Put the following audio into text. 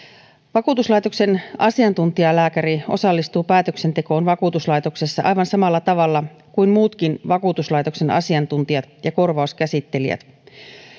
vakuutuslaitoksen asiantuntijalääkäri osallistuu päätöksentekoon vakuutuslaitoksessa aivan samalla tavalla kuin muutkin vakuutuslaitoksen asiantuntijat ja korvauskäsittelijät